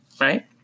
right